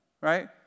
right